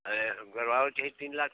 अरे करवाने के है तीन लाख तक